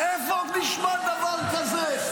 איפה נשמע דבר כזה?